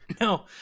no